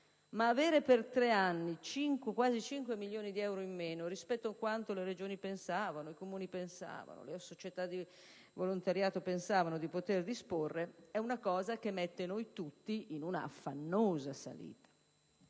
avere per tre anni quasi 5 milioni di euro in meno rispetto a quanto le Regioni, i Comuni e le società di volontariato ritenevano di poter disporre è un qualcosa che mette noi tutti in un'affannosa salita.